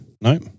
No